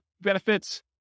benefits